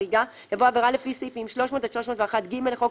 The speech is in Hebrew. הריגה" יבוא "עבירה לפי סעיפים 300 עד 301ג לחוק